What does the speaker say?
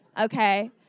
Okay